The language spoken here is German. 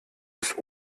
bis